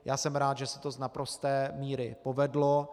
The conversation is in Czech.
Já jsem rád, že se to z naprosté míry povedlo.